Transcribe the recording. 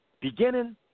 beginning